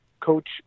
Coach